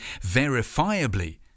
verifiably